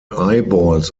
eyeballs